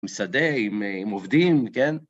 משדה עם עובדים, כן?